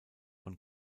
von